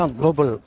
global